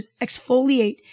exfoliate